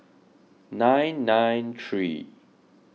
nine nine three